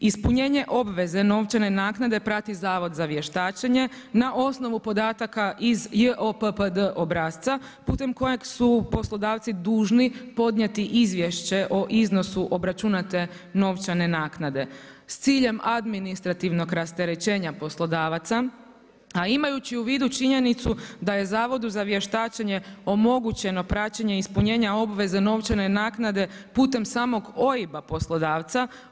Ispunjenje obveze novčane naknade prati zavod za vještačenje na osnovu podataka iz JOPPD obrasca putem kojeg su poslodavci dužni podnijeti izvješće o iznosu obračunate novčane naknade s ciljem administrativnog rasterećenja poslodavaca a imajući u vidu činjenicu da je Zavodu za vještačenje omogućeno praćenje i ispunjenje obveze novčane naknade putem samog OIB-a poslodavca.